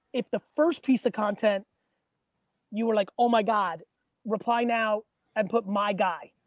if the first piece of content you were like, oh my god reply now and put my guy.